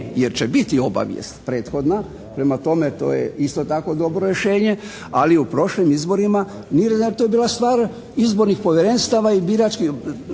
jer će biti obavijest prethodna. Prema tome to je isto tako dobro rješenje. Ali u prošlim izborima … /Govornik se ne razumije./ … stvar izbornih povjerenstava i biračkih,